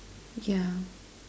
yeah